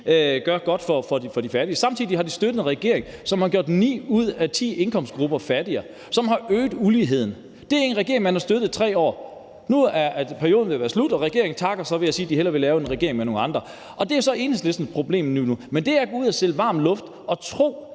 noget godt for de fattige. Samtidig har de støttet en regering, som har gjort ni ud af ti indkomstgrupper fattigere, og som har øget uligheden. Det er en regering, man har støttet i 3 år. Nu er perioden ved at være slut, og regeringen takker så ved at sige, at de hellere vil lave en regering med nogle andre. Og det er så Enhedslistens problem lige nu. Men det er at gå ud og sælge varm luft at tro,